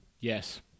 Yes